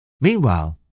Meanwhile